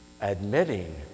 admitting